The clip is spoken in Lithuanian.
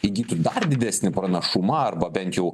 įgytų dar didesnį pranašumą arba bent jau